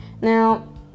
Now